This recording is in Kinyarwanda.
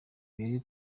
mbere